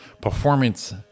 performance